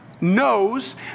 knows